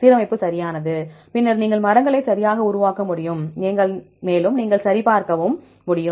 சீரமைப்பு சரியானது பின்னர் நீங்கள் மரங்களை சரியாக உருவாக்க முடியும் மேலும் நீங்கள் சரிபார்க்கவும் முடியும்